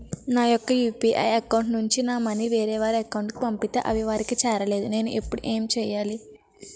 నా యెక్క UPI account నుంచి నా మనీ వేరే వారి అకౌంట్ కు పంపితే అవి వారికి చేరలేదు నేను ఇప్పుడు ఎమ్ చేయాలి?